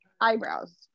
eyebrows